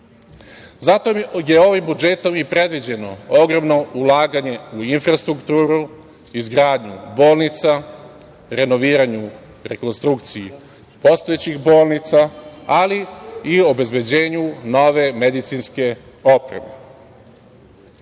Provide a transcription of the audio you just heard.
Zato je ovim budžetom i predviđeno ogromno ulaganje u infrastrukturu, izgradnju bolnica, renoviranje i rekonstrukcija postojećih bolnica, ali i obezbeđenje nove medicinske